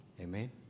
Amen